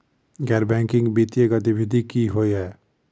गैर बैंकिंग वित्तीय गतिविधि की होइ है?